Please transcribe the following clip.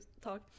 talk